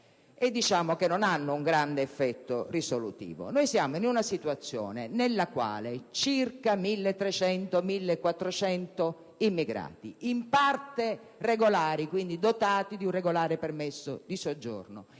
poco e non hanno un grande effetto risolutivo. Ci troviamo in una situazione nella quale circa 1.300-1.400 immigrati, in parte regolari (quindi, dotati di un regolare permesso di soggiorno),